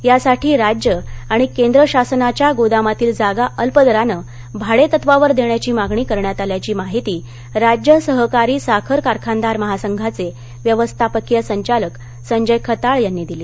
त्यासाठी राज्य आणि केंद्र शासनाच्या गोदामातील जागा अल्प दरानं भाडे तत्वावर देण्याची मागणी करण्यात आल्याची माहिती राज्य सहकारी साखर कारखानदार महासंघाचे व्यवस्थापकीय संचालक संजय खताळ यांनी दिली